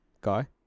guy